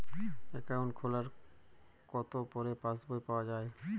Account খোলার কতো পরে পাস বই পাওয়া য়ায়?